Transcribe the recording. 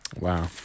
wow